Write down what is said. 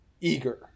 eager